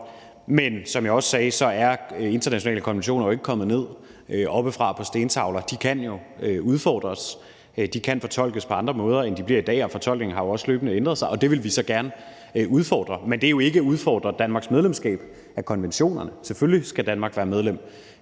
Men som jeg også sagde, er de internationale konventioner jo ikke kommet ned oppefra på stentavler. De kan jo udfordres, de kan fortolkes på andre måder, end de bliver i dag, og fortolkningen har jo også løbende ændret sig, og vi vil gerne udfordre den. Men det betyder ikke, at vi udfordrer Danmarks tilslutning til konventionerne. Selvfølgelig skal Danmark være